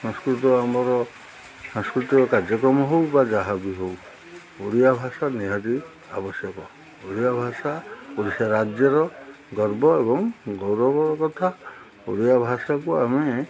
ସଂସ୍କୃତ ଆମର ସାଂସ୍କୃତିକ କାର୍ଯ୍ୟକ୍ରମ ହଉ ବା ଯାହାବି ହଉ ଓଡ଼ିଆ ଭାଷା ନିହାତି ଆବଶ୍ୟକ ଓଡ଼ିଆ ଭାଷା ଓଡ଼ିଶା ରାଜ୍ୟର ଗର୍ବ ଏବଂ ଗୌରବର କଥା ଓଡ଼ିଆ ଭାଷାକୁ ଆମେ